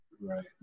Right